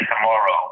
tomorrow